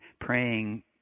praying